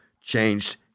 changed